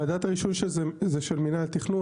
ועדת הרישוי זה של מנהל התכנון,